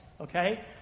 Okay